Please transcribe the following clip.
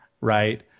right